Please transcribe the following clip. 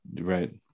right